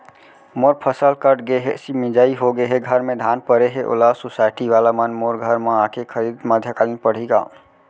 मोर फसल कट गे हे, मिंजाई हो गे हे, घर में धान परे हे, ओला सुसायटी वाला मन मोर घर म आके खरीद मध्यकालीन पड़ही का?